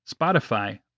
Spotify